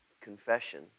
confession